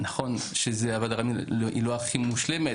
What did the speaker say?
נכון שוועד הרבנים לא הכי מושלם.